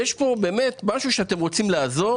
יש פה משהו שבו אתם רוצים לעזור,